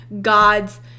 god's